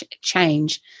change